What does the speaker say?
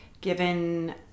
Given